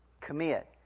commit